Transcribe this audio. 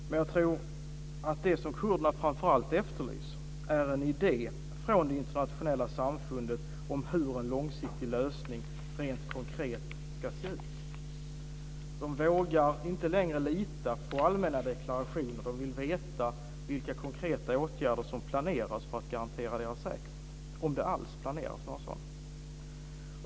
Men jag tror att det kurderna framför allt efterlyser är en idé från det internationella samfundet om hur en långsiktig lösning rent konkret ska se ut. De vågar inte längre lita på allmänna deklarationer. De vill veta vilka konkreta åtgärder som planeras för att garantera deras säkerhet, om det alls planeras några sådana.